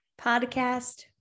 podcast